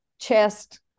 chest